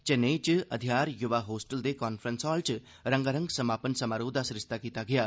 चैन्नई च अध्यर युवा होस्टल दे कांफ्रैंस हाल च रंगारंग समापन समारोह दा आयोजन कीता गेआ